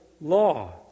law